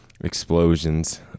explosions